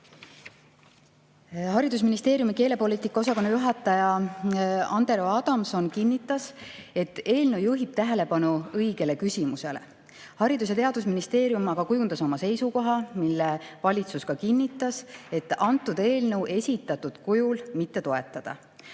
Tomuski. Haridusministeeriumi keelepoliitika osakonna juhataja Andero Adamson kinnitas, et eelnõu juhib tähelepanu õigele küsimusele. Haridus‑ ja Teadusministeerium aga kujundas oma seisukoha, mille valitsus ka kinnitas, et antud eelnõu esitatud kujul mitte toetada.